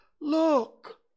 Look